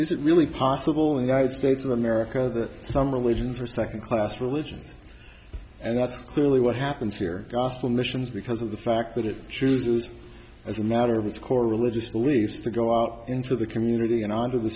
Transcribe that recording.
is it really possible and i would states of america that some religions are second class religion and that's clearly what happens here gospel missions because of the fact that it chooses as a matter of its core religious beliefs to go out into the community and onto the